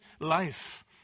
life